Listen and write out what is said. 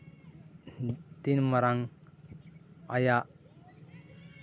ᱛᱤᱱ ᱢᱟᱨᱟᱝ ᱟᱭᱟᱜ